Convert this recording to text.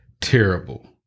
terrible